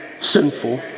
sinful